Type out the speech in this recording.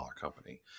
company